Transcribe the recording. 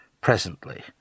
Presently